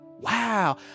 Wow